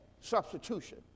substitution